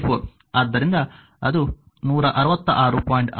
ಆದ್ದರಿಂದ ಇದು 166